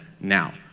now